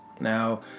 Now